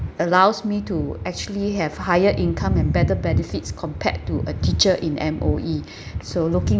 allows me to actually have higher income and better benefits compared to a teacher in M_O_E so looking